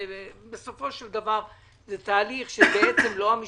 בסופו של דבר זה תהליך לא של המשפחות,